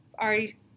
already